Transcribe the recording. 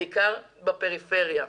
בעיקר בפריפריה.